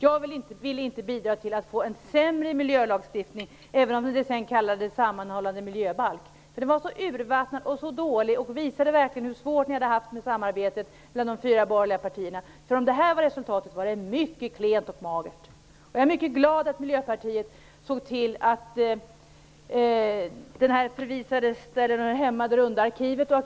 Jag ville inte bidra till att få en sämre miljölagstiftning, även om den kallades för sammanhållande miljöbalk. Det var dåligt och urvattnat, och visade verkligen hur svårt ni hade haft det med samarbetet mellan de fyra borgerliga partierna. Om det var resultatet, så var det ett mycket klent och magert resultat. Jag är mycket glad att Miljöpartiet såg till att det förvisades dit där det hör hemma; till det runda arkivet.